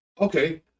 okay